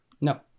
No